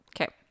Okay